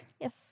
Yes